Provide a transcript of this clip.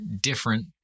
different